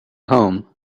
home